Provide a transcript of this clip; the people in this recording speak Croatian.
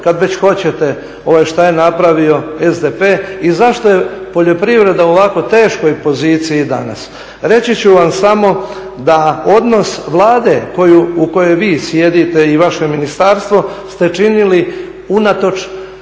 kad već hoćete, što je napravio SDP i zašto je poljoprivreda u ovako teškoj poziciji danas. Reći ću vam samo da odnos Vlade u kojoj vi sjedite i vaše ministarstvo ste činili unatoč